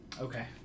Okay